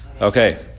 Okay